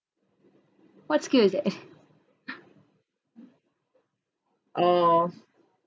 what skill is that oh